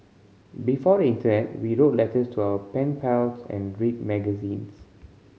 before the Internet we wrote letters to our pen pals and read magazines